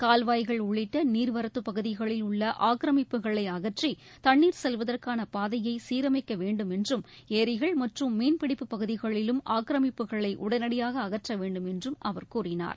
கால்வாய்கள் உள்ளிட்ட நீர்வரத்துப் பகுதிகளில் உள்ள ஆக்கிரமிப்புகளை அகற்றி தண்ணீர் செல்வதற்கான பாதைய சீர்மைக்க வேண்டும் என்றும் ஏரிகள் மற்றும் மீன்பிடிப்புப் பகுதிகளிலும் ஆக்கிரமிப்புகளை உடனடியாக அகற்ற வேண்டும் என்றும் அவர் கூறினார்